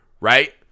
Right